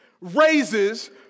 raises